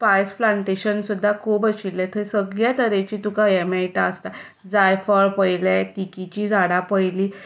spice plantation सुद्दां खूप आशिल्लें थंय सगळ्या तरेची तुका हें मेळटा आसता जायफळ पळयलें तिखीची झाडां पळयलीं